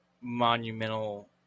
monumental